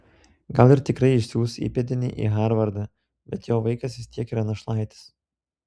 gal ir tikrai išsiųs įpėdinį į harvardą bet jo vaikas vis tiek yra našlaitis